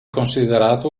considerato